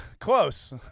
Close